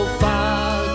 far